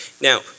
Now